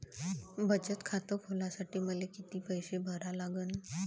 बचत खात खोलासाठी मले किती पैसे भरा लागन?